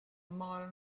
mile